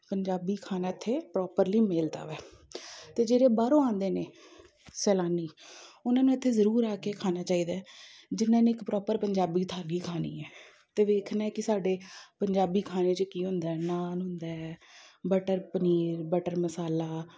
ਪੰਜਾਬੀ ਖਾਣਾ ਇੱਥੇ ਪ੍ਰੋਪਰਲੀ ਮਿਲਦਾ ਵੈ ਅਤੇ ਜਿਹੜੇ ਬਾਹਰੋਂ ਆਉਂਦੇ ਨੇ ਸੈਲਾਨੀ ਉਹਨਾਂ ਨੂੰ ਇੱਥੇ ਜ਼ਰੂਰ ਆ ਕੇ ਖਾਣਾ ਚਾਹੀਦਾ ਹੈ ਜਿਹਨਾਂ ਨੇ ਇੱਕ ਪ੍ਰੋਪਰ ਪੰਜਾਬੀ ਥਾਲੀ ਖਾਣੀ ਹੈ ਅਤੇ ਵੇਖਣਾ ਕਿ ਸਾਡੇ ਪੰਜਾਬੀ ਖਾਣੇ 'ਚ ਕੀ ਹੁੰਦਾ ਹੈ ਨਾਨ ਹੁੰਦਾ ਹੈ ਬਟਰ ਪਨੀਰ ਬਟਰ ਮਸਾਲਾ